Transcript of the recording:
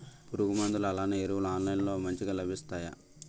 పురుగు మందులు అలానే ఎరువులు ఆన్లైన్ లో మంచిగా లభిస్తాయ?